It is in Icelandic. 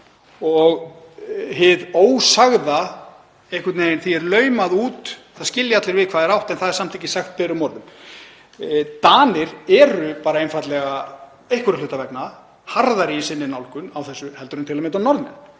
og hinu ósagða einhvern veginn laumað út. Það skilja allir við hvað er átt en það er samt ekki sagt berum orðum. Danir eru einfaldlega einhverra hluta vegna harðari í sinni nálgun á þessu heldur en til að mynda Norðmenn.